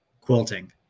Quilting